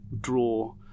draw